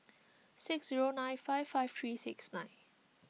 six zero nine five five three six nine